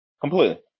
Completely